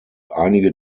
einige